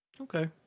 Okay